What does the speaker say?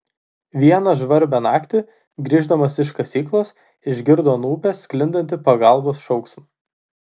vieną žvarbią naktį grįždamas iš kasyklos išgirdo nuo upės sklindantį pagalbos šauksmą